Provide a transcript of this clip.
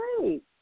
great